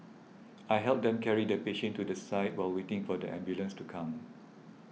I helped them carry the patient to the side while waiting for the ambulance to come